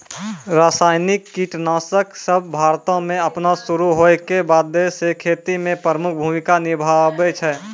रसायनिक कीटनाशक सभ भारतो मे अपनो शुरू होय के बादे से खेती मे प्रमुख भूमिका निभैने छै